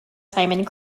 diamond